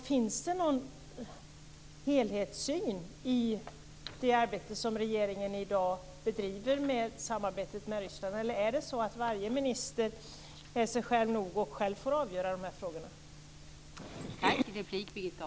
Finns det någon helhetssyn i det arbete som regeringen i dag bedriver när det gäller samarbetet med Ryssland, eller är varje minister sig själv nog och får själv avgöra de här frågorna?